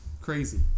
crazy